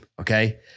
okay